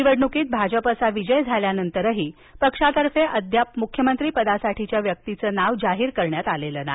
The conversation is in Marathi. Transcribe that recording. निवडणुकीत भाजपचा विजय झाल्यानंतरही पक्षातर्फे अद्याप मुख्यमंत्री पदासाठीच्या व्यक्तीचं नाव जाहीर करण्यात आलेलं नाही